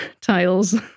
tiles